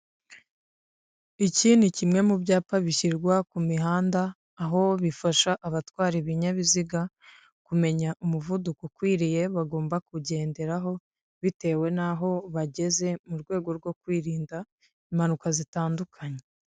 Iki ni kimwe mu byapa bishyirwa ku mihanda, aho bifasha abatwara ibinyabiziga, kumenya umuvuduko ukwiriye bagomba kugenderaho bitewe naho bageze, mu rwego rwo kwirinda impanuka zitandukanye.